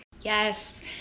Yes